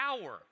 power